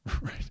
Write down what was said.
Right